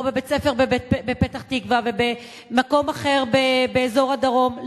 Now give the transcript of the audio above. פה בבית-ספר בפתח-תקווה ובמקום אחר באזור הדרום,